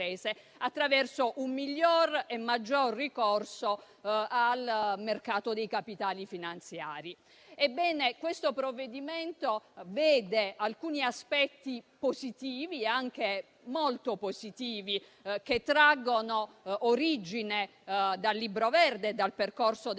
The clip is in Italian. attraverso un migliore e maggiore ricorso al mercato dei capitali finanziari. Ebbene, questo provvedimento vede alcuni aspetti positivi, anche molto positivi, che traggono origine dal Libro verde, dal percorso della